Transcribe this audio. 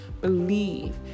Believe